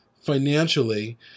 financially